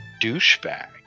douchebag